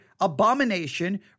abomination